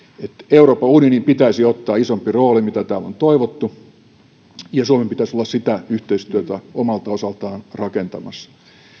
euroopan unionin pitäisi ottaa isompi rooli mitä täällä on toivottu ja suomen pitäisi olla sitä yhteistyötä omalta osaltaan rakentamassa